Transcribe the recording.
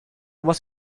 was